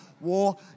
war